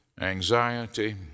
anxiety